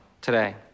today